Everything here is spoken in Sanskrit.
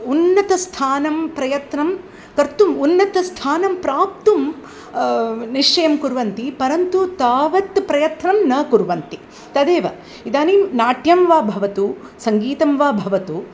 उन्नतस्थानं प्रयत्नं कर्तुम् उन्नतस्थानं प्राप्तुं निश्चयं कुर्वन्ति परन्तु तावत् प्रयत्नं न कुर्वन्ति तदेव इदानीं नाट्यं वा भवतु सङ्गीतं वा भवतु